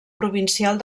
provincial